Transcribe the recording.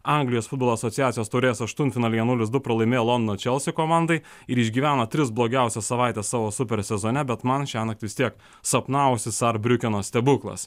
anglijos futbolo asociacijos taurės aštuntfinalyje nulis du pralaimėjo londono chelsea komandai ir išgyveno tris blogiausias savaites savo super sezone bet man šiąnakt vis tiek sapnavosi sarbriukeno stebuklas